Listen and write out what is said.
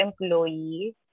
employee